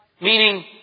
Meaning